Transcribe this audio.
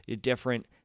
different